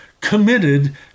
committed